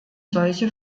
solche